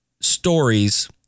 stories